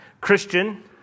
Christian